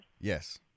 Yes